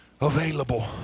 available